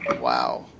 Wow